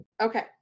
Okay